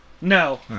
No